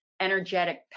energetic